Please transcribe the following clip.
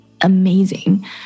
Amazing